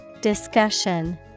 Discussion